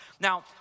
Now